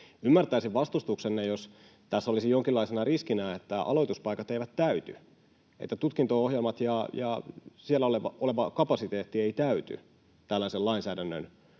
Ymmärtäisin vastustuksenne, jos tässä olisi jonkinlaisena riskinä, että aloituspaikat eivät täyty, että tutkinto-ohjelmat ja siellä oleva kapasiteetti eivät täyty tällaisen lainsäädännön